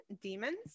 Demons